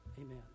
Amen